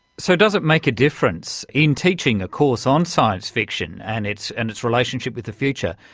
so does it make a difference in teaching a course on science fiction and its and its relationship with the future,